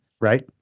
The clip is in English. Right